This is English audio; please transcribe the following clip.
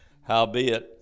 howbeit